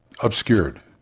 obscured